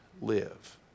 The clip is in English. live